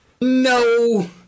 No